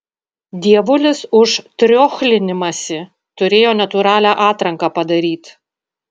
dievulis už triochlinimąsi turėjo natūralią atranką padaryt